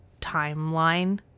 Timeline